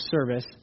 service